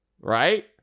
right